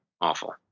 Awful